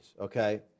Okay